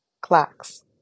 clocks